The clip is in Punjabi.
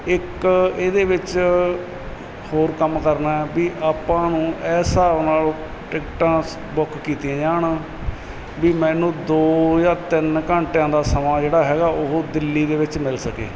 ਇੱਕ ਇਹਦੇ ਵਿੱਚ ਹੋਰ ਕੰਮ ਕਰਨਾ ਵੀ ਆਪਾਂ ਨੂੰ ਇਸ ਹਿਸਾਬ ਨਾਲ ਟਿਕਟਾਂ ਸ ਬੁੱਕ ਕੀਤੀਆਂ ਜਾਣ ਵੀ ਮੈਨੂੰ ਦੋ ਜਾਂ ਤਿੰਨ ਘੰਟਿਆਂ ਦਾ ਸਮਾਂ ਜਿਹੜਾ ਹੈ ਗਾ ਉਹ ਦਿੱਲੀ ਦੇ ਵਿੱਚ ਮਿਲ ਸਕੇ